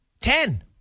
Ten